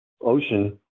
ocean